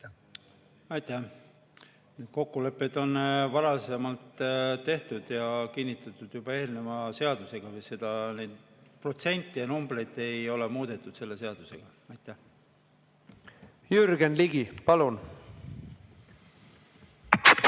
Aitäh! Kokkulepped on varasemalt tehtud ja kinnitatud juba eelneva seadusega. Neid protsente ja numbreid ei ole selle seadusega muudetud. Jürgen Ligi, palun!